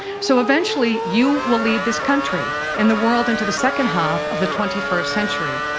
so eventually, you will lead this country and the world into the second half of the twenty first century.